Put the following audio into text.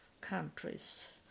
countries